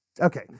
okay